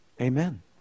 Amen